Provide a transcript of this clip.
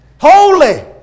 Holy